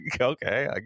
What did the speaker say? okay